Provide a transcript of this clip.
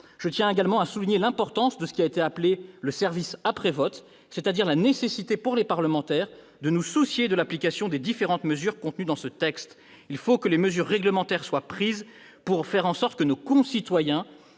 Je tiens également à souligner l'importance de ce qui a été appelé le service après-vote, la nécessité pour les parlementaires de se soucier de l'application des différentes mesures contenues dans ce texte. Il faut que les mesures réglementaires soient prises pour faire en sorte que nos concitoyens